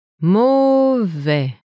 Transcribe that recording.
Mauvais